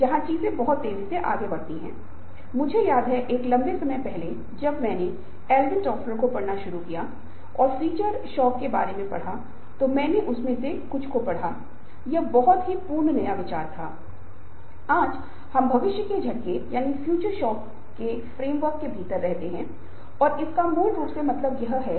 एक बार जब यह डिमोटिनेटेड लक्षणों की सतह हो जाता है तो संगठन या पर्यावरण द्वारा कदम उठाए जाने चाहिए ताकि उपबोधन काउंसलिंग - Counseling पुरस्कार या अन्य साधनों के माध्यम से कर्मचारियों के शिथिल को गिरफ्तार किया जा सके और इन प्रेरणाओं की व्याख्या करने के लिए कई सिद्धांत हैं और वह सिद्धांतों को मोटे तौर पर 2 श्रेणियों में वर्गीकृत किया जा सकता है एक को सामग्री सिद्धांत कहा जाता है दूसरे को प्रक्रिया सिद्धांत कहा जाता है